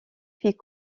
fut